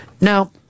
Now